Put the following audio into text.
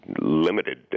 limited